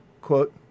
quote